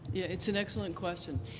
it's an excellent question.